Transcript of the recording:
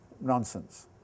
nonsense